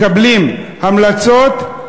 מקבלים המלצות,